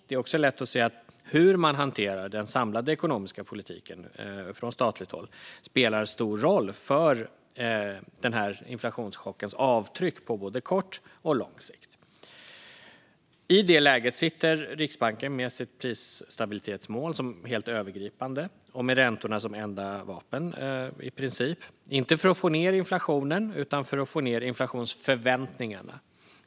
Det är också lätt att se att sättet man hanterar den samlade ekonomiska politiken på från statligt håll spelar stor roll för denna inflationschocks avtryck på både kort och lång sikt. I det läget sitter Riksbanken med sitt prisstabilitetsmål som helt övergripande och med räntorna som i princip enda vapen - inte för att få ned inflationen, utan för att få ned inflationsförväntningarna.